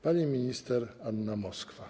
Pani minister Anna Moskwa.